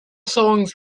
songs